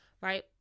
right